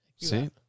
see